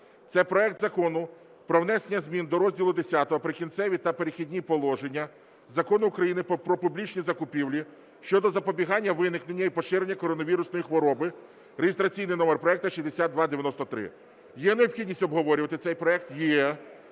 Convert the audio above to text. це проект Закону про внесення зміни до розділу X "Прикінцеві та перехідні положення" Закону України "Про публічні закупівлі" щодо запобігання виникненню і поширенню коронавірусної хвороби (реєстраційний номер проекту 6293). Є необхідність обговорювати цей проект? Є.